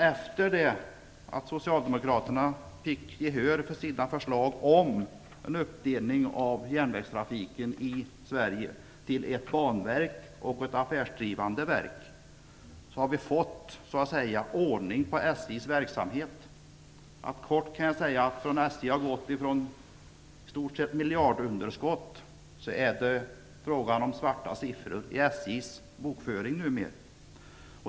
Efter det att Socialdemokraterna fick gehör för sina förslag om en uppdelning av Statens järnvägar till ett banverk och ett affärsdrivande verk har vi fått ordning på SJ:s verksamhet. Helt kort kan jag säga att SJ har gått från i stort sett miljardunderskott till svarta siffror i SJ:s bokföring numera.